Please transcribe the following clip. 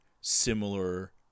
similar